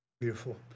Beautiful